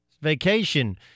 Vacation